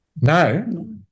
no